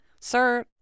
sir